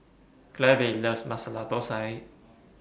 Clabe loves Masala Thosai